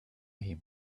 him